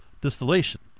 distillation